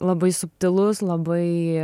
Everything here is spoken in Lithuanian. labai subtilus labai